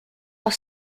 are